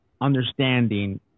understanding